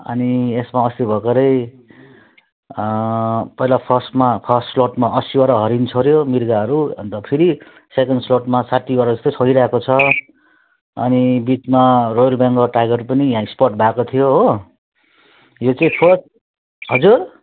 अनि यसमा अस्ति भर्खरै पहिला फर्स्टमा फर्स्ट स्लटमा अस्सीवटा हरिण छोड्यो मिर्गहरू अनि त फेरि सेकेन्ड स्लटमा साठ्ठीवटा जस्तै छोडिरहेको छ अनि बिचमा रोयल बेङ्गाल टाइगर पनि यहाँ स्पट भएको थियो हो यो चाहिँ फोर्थ हजुर